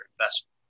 investment